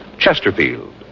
Chesterfield